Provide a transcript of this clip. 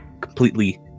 completely